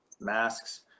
masks